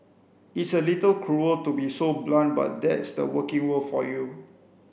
it's a little cruel to be so blunt but that's the working world for you